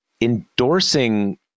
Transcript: endorsing